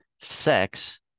sex